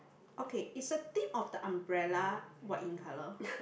okay is the tip of the umbrella white in colour